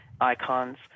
icons